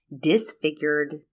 disfigured